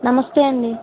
నమస్తే అండీ